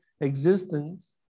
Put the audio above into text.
existence